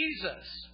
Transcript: Jesus